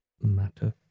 matter